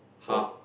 half